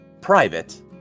private